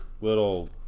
little